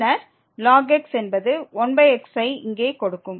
பின்னர் ln x என்பது 1x ஐ கொடுக்கும்